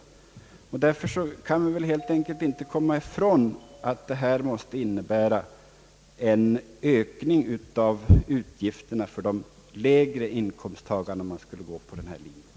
Oavsett om stat eller kommun betalar kan vi helt enkelt inte komma ifrån att det måste innebära en ökning av skatterna för de lägre inkomsttagarna när nya utgifter tillkommer inom den offentliga sektorn.